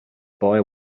boy